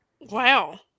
Wow